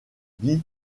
dis